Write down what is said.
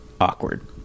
awkward